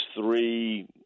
three